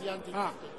ציינתי את כ"ט בנובמבר.